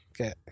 Okay